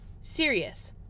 Serious